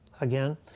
again